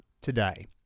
today